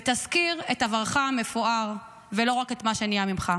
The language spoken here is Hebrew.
ותזכיר את עברך המפואר ולא רק את מה שנהיה ממך.